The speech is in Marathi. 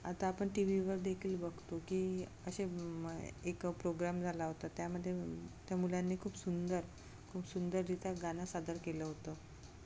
आता आपण टी व्हीवर देखील बघतो की असे मग एक प्रोग्राम झाला होता त्यामध्ये त्या मुलांनी खूप सुंदर खूप सुंदररित्या गाणं सादर केलं होतं